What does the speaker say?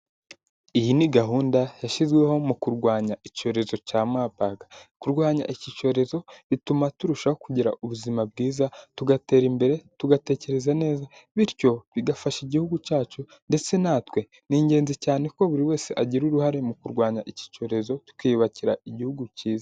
Iyi ni gahunda yashyizweho mu kurwanya icyorezo cya mambarg, kurwanya iki cyorezo bituma turushaho kugira ubuzima bwiza tugatera imbere tugatekereza neza bityo bigafasha igihugu cyacu ndetse natwe ni ingenzi cyane ko buri wese agira uruhare mu kurwanya iki cyorezo tukiyubakira igihugu cyiza.